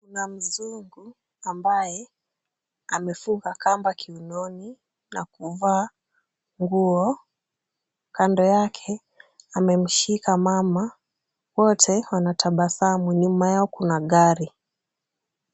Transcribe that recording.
Kuna mzungu ambaye amefunga kamba kiunoni na kuvaa nguo. Kando yake amemshika mama. Wote wanatabasamu. Nyuma yao kuna gari.